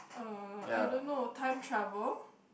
uh I don't know time travel